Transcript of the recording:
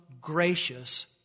Gracious